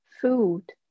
food